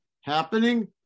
happening